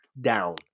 down